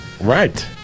Right